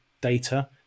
data